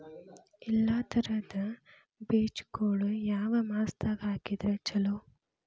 ಎಲ್ಲಾ ತರದ ಬೇಜಗೊಳು ಯಾವ ಮಾಸದಾಗ್ ಹಾಕಿದ್ರ ಛಲೋ?